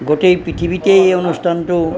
গোটেই পৃথিৱীতেই এই অনুষ্ঠানটো